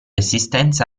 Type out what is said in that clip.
assistenza